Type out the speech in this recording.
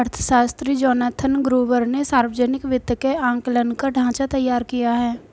अर्थशास्त्री Jonathan Gruber ने सावर्जनिक वित्त के आंकलन का ढाँचा तैयार किया है